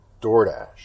DoorDash